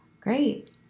Great